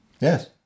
Yes